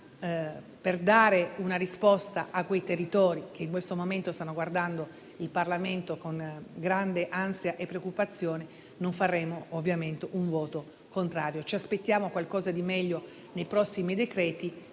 Per dare una risposta a quei territori che in questo momento stanno guardando al Parlamento con grande ansia e preoccupazione, non daremo un voto contrario. Ci aspettiamo qualcosa di meglio nei prossimi decreti